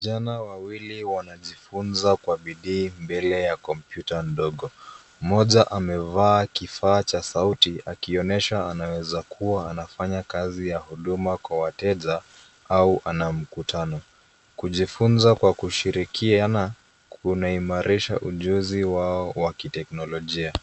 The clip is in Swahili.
Vijana wawili wanajifunza kwa bidii mbele ya kompyuta ndogo. Mmoja amevaa kifaa cha sauti, akionyesha anaweza kuwa anafanya kazi ya huduma kwa wateja au ana mkutano. Kujifunza kwa kushirikiana kunaimarisha ujuzi wao wa kiteknolojia.